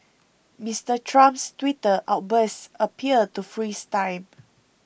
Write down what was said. Mister Trump's Twitter outbursts appear to freeze time